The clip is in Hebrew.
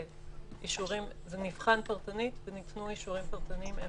זה נבחן פרטנית וניתנו אישורים פרטניים.